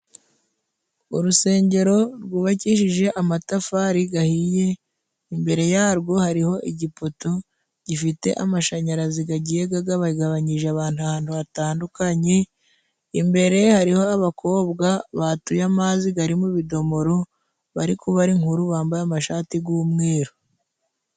Urusengero rwubakishije amatafari gahiye. Imbere yarwo hariho igipoto gifite amashanyarazi gagiye gagabagabanyije abantu ahantu hatandukanye. Imbere hariho abakobwa batuye amazi gari mu bidomoro. Bari kubara inkuru bambaye amashati g'umweru.